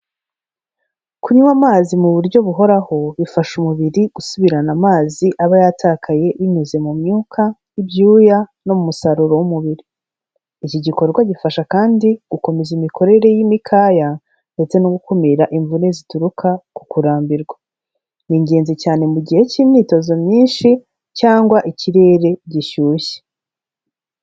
Kunywa amazi mu buryo buhoraho, bifasha umubiri gusubirana amazi aba yatakaye, binyuze mu myuka, ibyuya, no mu musaruro w'umubiri. Iki gikorwa gifasha kandi, gukomeza imikorere y'imikaya, ndetse no gukumira imvune zituruka ku kurambirwa. Ni ingenzi cyane mu gihe cy'imyitozo myinshi cyangwa ikirere gishyushye.